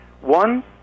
one